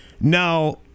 Now